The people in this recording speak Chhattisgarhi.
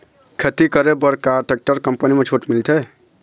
खेती करे बर का टेक्टर कंपनी म छूट मिलथे?